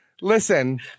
Listen